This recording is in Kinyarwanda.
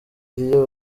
iyo